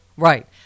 Right